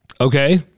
Okay